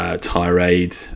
tirade